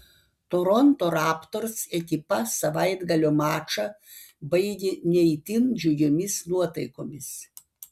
toronto raptors ekipa savaitgalio mačą baigė ne itin džiugiomis nuotaikomis